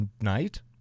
night